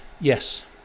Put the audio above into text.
Yes